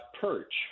perch